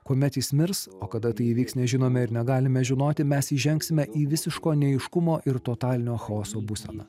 kuomet jis mirs o kada tai įvyks nežinome ir negalime žinoti mes įžengsime į visiško neaiškumo ir totalinio chaoso būseną